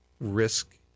risk